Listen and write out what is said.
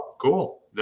cool